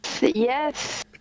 yes